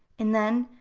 and then,